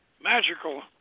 magical